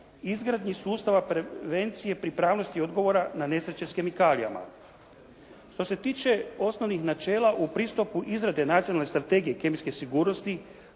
izgradnji sustava prevencije, pripravnosti i odgovora na nesreće s kemikalijama. Što se tiče osnovnih načela u pristupu izrade Nacionalne strategije kemijske sigurnosti